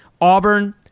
Auburn